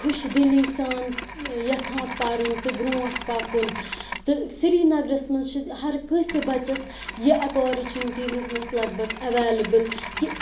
خۄش دِلی سان یِژھان پَرُن تہٕ برٛونٛٹھ پَکُن تہٕ سریٖنَگَرَس منٛز چھُ ہَر کٲنٛسہِ بَچَس یہِ اپرچونِٹی وُنکیٚنَس لگ بگ ایویلیبٔل کہِ